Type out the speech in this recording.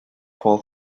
fall